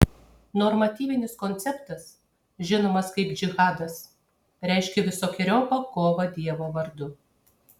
normatyvinis konceptas žinomas kaip džihadas reiškia visokeriopą kovą dievo vardu